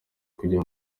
kujya